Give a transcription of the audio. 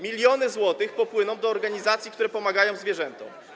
miliony złotych popłyną do organizacji, które pomagają zwierzętom.